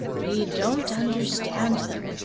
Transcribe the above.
we don't understand them.